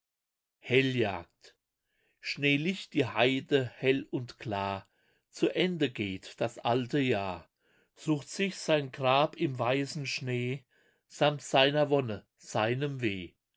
helljagd schneelicht die heide hell und klar zu ende geht das alte jahr sucht sich sein grab im weißen schnee samt seiner wonne seinem weh